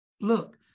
Look